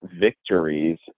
victories